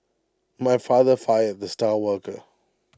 my father fired the star worker